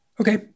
Okay